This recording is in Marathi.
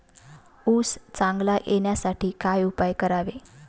ऊस चांगला येण्यासाठी काय उपाय करावे?